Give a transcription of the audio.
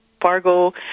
Fargo